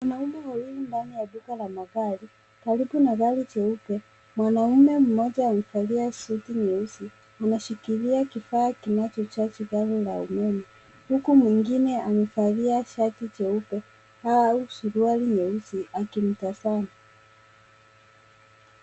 Wanaume wawili ndani ya duka la magari karibu na gari jeupe. Mwanaume mmoja amevalia suti nyeusi, anashikilia kifaa kinachochaji gari la umeme huku mwengine amevalia shati jeupe au suruali nyeusi akimtazama.